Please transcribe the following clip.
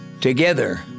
Together